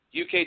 UK